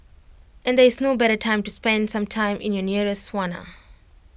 and there is no better time to spend some time in your nearest sauna